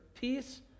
peace